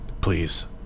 please